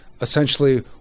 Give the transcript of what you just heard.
essentially